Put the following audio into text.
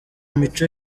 imico